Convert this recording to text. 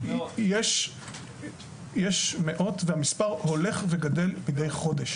מאות, והמספר הולך וגדל מדי חודש.